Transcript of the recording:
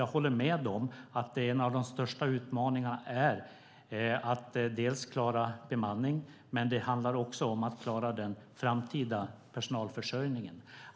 Jag håller med om att en av de största utmaningarna är att klara bemanningen, men det handlar också om att klara den framtida personalförsörjningen.